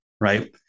right